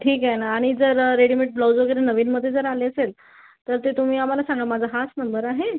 ठीक आहे ना आणि जर रेडिमेट ब्लाऊज वगैरे नवीनमध्ये जर आले असेल तर ते तुम्ही आम्हाला सांगा माझा हाच नंबर आहे